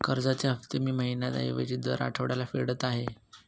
कर्जाचे हफ्ते मी महिन्या ऐवजी दर आठवड्याला फेडत आहे